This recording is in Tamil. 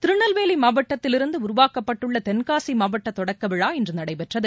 திருநெல்வேலிமாவட்டத்திலிருந்துஉருவாக்கப்பட்டுள்ளதென்னசிமாவட்டதொடக்கவிழா இன்றநடைபெற்றது